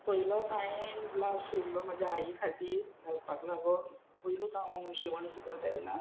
पयलोच हांवें ब्लावज शिब्ल्लो म्हज्या आई खातीर घालपाक लागोन पयलूच हांव शिवण शिकलो तेन्ना